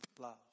love